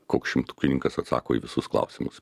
koks šimtukininkas atsako į visus klausimus